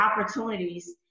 opportunities